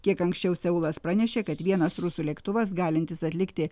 kiek anksčiau seulas pranešė kad vienas rusų lėktuvas galintis atlikti